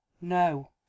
no